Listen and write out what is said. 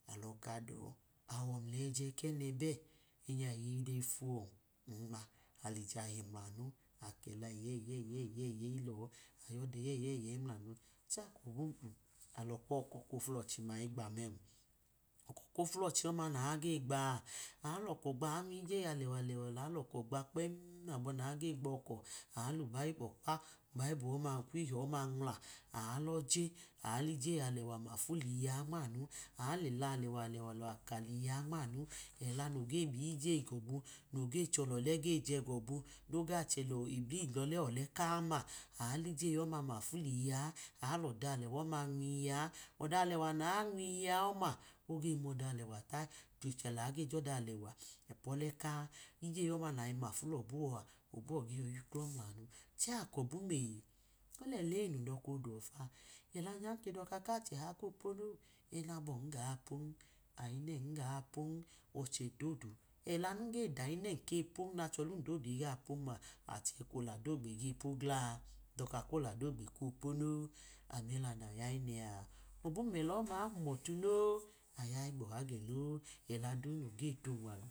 awọ mlyẹ kẹne bẹ, kẹ kiye a ge fọ n-nma, ale kame, mlanu, akẹla ẹyẹyẹyi lọ aloka edẹ eyeyi dọ chẹ aka kwọkọ kofulochi ma gba mẹnẹ, ọkọ kofulochi ọma nage gba, alọko gba kpem nage gbọkọ lubaibu okpa okpiho ọma alọnwula aaloje aatnijeyi alẹwa lẹwa fu liyiyaa nmanu, aalẹla alẹwa lẹwa ka luyiyaa nmanu, ẹla noge liyijeyi gobu noge chẹ lolẹ ge jẹ gobu, noga che̱ lebli bọlẹ ọlẹ kaanma, aaliyiyeyi ọma mafu liyiyaa aalọda alewa oma nwiyiyaa, ọda alẹwa nayoyi muliyiya ọma oge mọda alẹwa ta chẹ laa ge jo̱da alẹwa ipu ọlẹ ka, ije ọma nayi mafu lọbuwọ nobuwo ge la memlanua chẹ akọbunee, olela eyi nun doka oduọ fa, ọla nya nke doka kale oha ke ponon, ẹnẹ aboyi yapon ayi nen igapon, o̱chẹ dodu ẹl nuge dayi nem kepon-ma oche dodu iyapon, ochẹ oladogbe ge pogila? Ndoka koladogba ẹla ọma ihumotu no, aya igbọha gẹno ela du noge tunu.